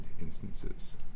instances